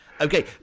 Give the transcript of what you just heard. Okay